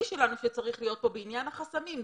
שלנו שצריך להיות כאן בעניין החסמים.